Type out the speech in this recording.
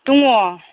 दङ